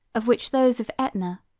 of which those of aetna,